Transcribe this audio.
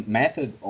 method